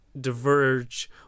diverge